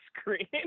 screen